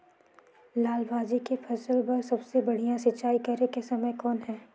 लाल भाजी के फसल बर सबले बढ़िया सिंचाई करे के समय कौन हे?